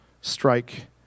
strike